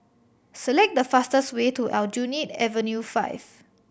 select the fastest way to Aljunied Avenue Five